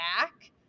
back